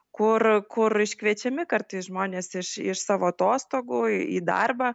kur kur iškviečiami kartais žmonės iš iš savo atostogų į darbą